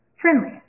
friendly